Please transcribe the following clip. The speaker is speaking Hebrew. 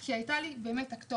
כי הייתה לי כתובת.